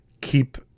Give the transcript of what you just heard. keep